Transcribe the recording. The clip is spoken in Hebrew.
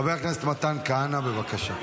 חבר הכנסת מתן כהנא, בבקשה.